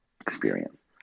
experience